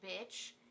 bitch